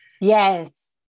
Yes